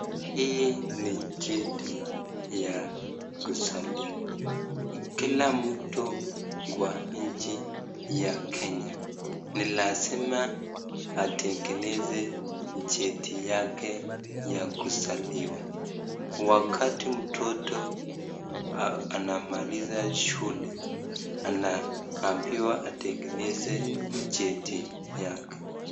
Hii ni cheti ya kuzaliwa, Kila mtu kwa nchi ya kenya ni lazima atengeneze yake ya kuzaliwa, wakati mtoto anamaliza shule anambiwa atengeneze cheti yake.